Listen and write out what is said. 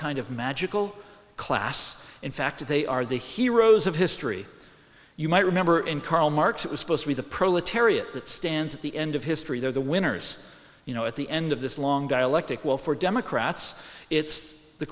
kind of magical class in fact they are the heroes of history you might remember in karl marx it was supposed to be the proletariat that stands at the end of history they're the winners you know at the end of this long dialectic well for democrats it's the